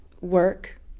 work